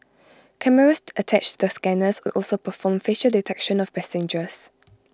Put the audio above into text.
cameras attached to the scanners would also perform facial detection of passengers